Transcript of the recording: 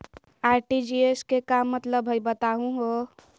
RTGS के का मतलब हई, बताहु हो?